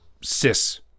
cis